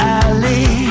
alley